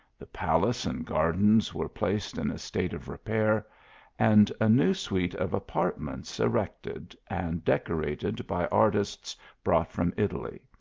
the palace and gardens were placed in a state of repair and a new suite of apartments erected, and decorated by artists brought from italy.